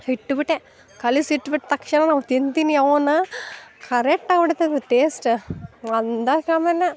ಇಟ್ಬಿಟ್ಟೆ ಕಲಿಸಿಟ್ಬಿಟ್ಟು ತಕ್ಷಣ ನಾವು ತಿಂತೀನಿ ಅವ್ನ ಕರೆಕ್ಟಾ ಬಿಡ್ತದ ಟೇಸ್ಟ ಒಂದು ಸಮನ